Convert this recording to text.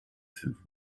fünf